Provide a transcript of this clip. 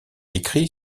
écrit